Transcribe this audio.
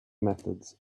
methods